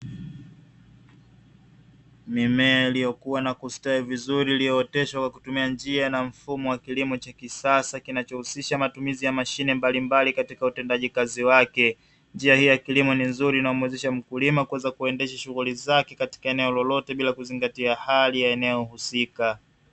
Mimea iliyokuwa na kustawi vizuri iliyooteshwa kwa kutumia njia na mfumo wa kilimo cha kisasa kinachousisha matumizi ya mashine mbalimbali katika utendekaji kazi wake, njia hii ya kilimo ni nzuri na humwezesha mkulima kuweza kuendesha shughuli zake katika eneo lolote bila kuzingatia hali za eneo husika.